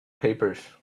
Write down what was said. papers